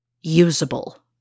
usable